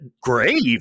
grave